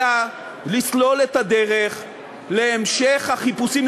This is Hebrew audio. אלא לסלול את הדרך להמשך החיפושים,